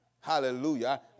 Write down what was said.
Hallelujah